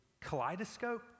kaleidoscope